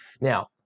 Now